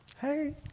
hey